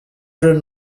jeunes